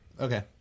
Okay